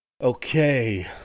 Okay